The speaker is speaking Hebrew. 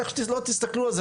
איך שלא תסתכלו על זה,